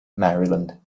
maryland